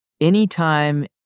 Anytime